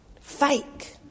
fake